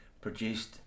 produced